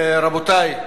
רבותי,